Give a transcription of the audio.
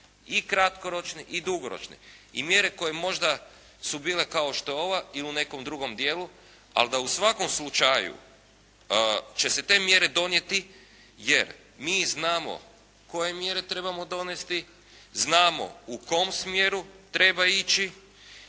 I kratkoročne i dugoročne i mjere koje možda su bile kao što je ova i u nekom drugom dijelu, ali da u svakom slučaju će se te mjere donijeti jer mi znamo koje mjere trebamo donesti, znamo u kom smjeru treba ići